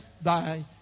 thy